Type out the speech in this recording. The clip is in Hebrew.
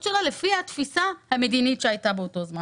שלה לפי התפיסה המדינית שהייתה באותה תקופה.